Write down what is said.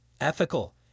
ethical